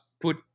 put